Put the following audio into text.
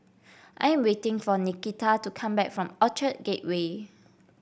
I am waiting for Nikita to come back from Orchard Gateway